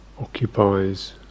Occupies